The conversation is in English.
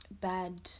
bad